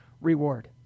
reward